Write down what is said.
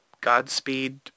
Godspeed